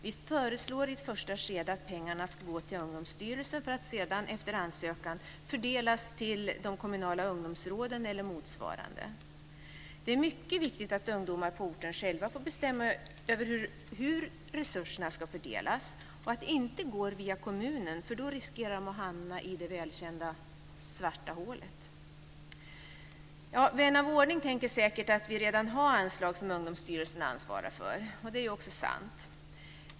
Vi föreslår i ett första skede att pengarna ska gå till Ungdomsstyrelsen för att sedan efter ansökan fördelas till de kommunala ungdomsråden eller motsvarande. Det är mycket viktigt att ungdomar på orten själva får bestämma över hur resurserna ska fördelas och att de inte går via kommunen, för då riskerar de att hamna i det välkända svarta hålet. Vän av ordning tänker säkert att vi redan har anslag som Ungdomsstyrelsen ansvarar för, och det är också sant.